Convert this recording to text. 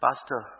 Pastor